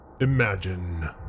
Imagine